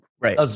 Right